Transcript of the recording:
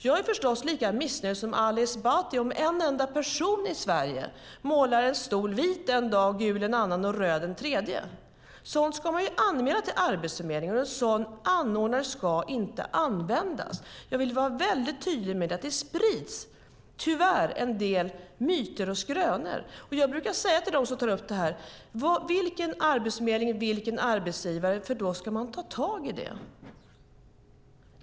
Jag är förstås lika missnöjd som Ali Esbati om en enda person i Sverige får måla en stol vit en dag, gul en annan och röd den tredje. Sådant ska man anmäla till Arbetsförmedlingen, och en sådan anordnare ska inte anlitas. Jag vill vara väldigt tydlig med det. Det sprids tyvärr en del myter och skrönor. Jag brukar fråga dem som tar upp detta: Vilken arbetsförmedling och vilken arbetsgivare? Man ska ta tag i det.